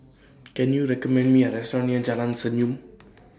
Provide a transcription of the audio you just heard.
Can YOU recommend Me A Restaurant near Jalan Senyum